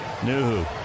Nuhu